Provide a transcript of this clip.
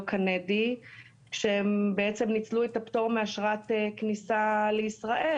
קנדי כשהם בעצם ניצלו את הפטור מאשרת כניסה לישראל.